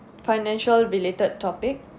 financial related topic